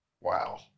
Wow